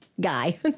guy